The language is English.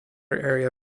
area